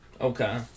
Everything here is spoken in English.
Okay